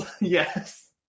yes